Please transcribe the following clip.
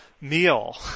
meal